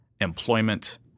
employment